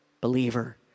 believer